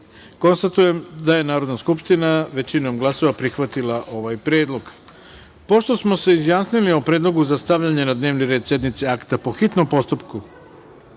troje. Konstatujem da je Narodna skupština, većinom glasova, prihvatila ovaj predlog. Pošto smo se izjasnili o predlogu za stavljanje na dnevni red sednice akta po hitnom postupku,